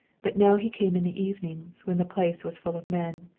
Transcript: but now he came in the evenings, when the place was full of men.